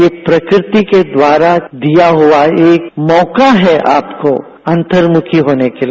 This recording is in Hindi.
ये प्रकृति के द्वारा दिया हुआ एक मौका है आपको अंतमुर्खी होने के लिए